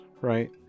right